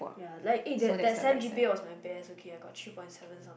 ya like eh that that sem g_p_a was my best okay I got three point seven some